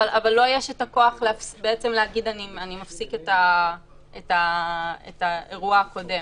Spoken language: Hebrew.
אבל לו יש את הכוח להגיד: אני מפסיק את האירוע הקודם.